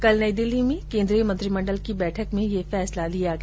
कल नई दिल्ली में कोन्द्रीय मंत्रिमंडल की बैठक में ये फैसला लिया गया